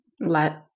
let